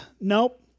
nope